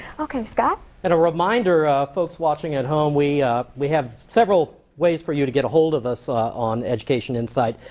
okay scott. and a reminder, folks watching at home, we we have several ways for you to get ahold of us ah on education insight.